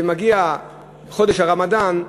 כשמגיע חודש הרמדאן,